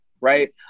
right